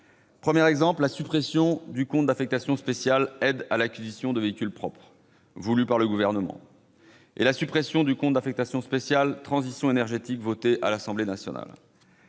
premier concerne la suppression du compte d'affectation spéciale « Aides à l'acquisition de véhicules propres », voulue par le Gouvernement, et celle du compte d'affectation spéciale « Transition énergétique », votée à l'Assemblée nationale.